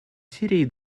сирией